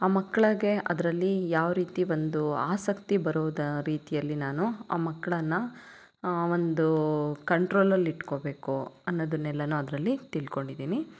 ಆ ಮಕ್ಕಳಿಗೆ ಅದರಲ್ಲಿ ಯಾವ ರೀತಿ ಒಂದು ಆಸಕ್ತಿ ಬರೋ ರೀತಿಯಲ್ಲಿ ನಾನು ಆ ಮಕ್ಕಳನ್ನ ಒಂದು ಕಂಟ್ರೋಲ್ ಅಲ್ಲಿ ಇಟ್ಕೋಬೇಕು ಅನ್ನೋದನ್ನೆಲ್ಲ ಅದರಲ್ಲಿ ತಿಳ್ಕೊಂಡಿದ್ದೀನಿ